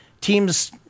teams